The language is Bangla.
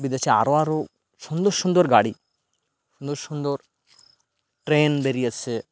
বিদেশে আরও আরও সুন্দর সুন্দর গাড়ি সুন্দর সুন্দর ট্রেন বেরিয়েছে